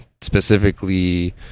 specifically